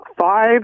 five